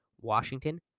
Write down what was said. Washington